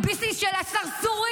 המודעות של עצמך.